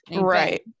Right